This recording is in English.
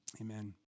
Amen